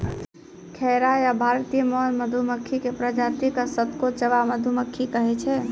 खैरा या भारतीय मौन मधुमक्खी के प्रजाति क सतकोचवा मधुमक्खी कहै छै